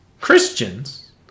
Christians